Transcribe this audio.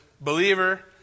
believer